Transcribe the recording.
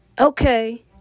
okay